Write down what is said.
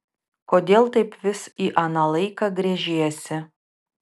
kodėl taip vis į aną laiką gręžiesi